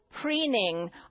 preening